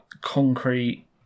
concrete